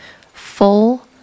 full